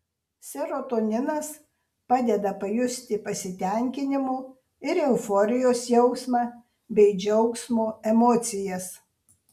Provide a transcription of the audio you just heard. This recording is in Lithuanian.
serotoninas padeda pajusti pasitenkinimo ir euforijos jausmą bei džiaugsmo emocijas